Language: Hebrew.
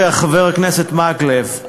חבר הכנסת מקלב,